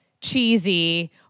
cheesy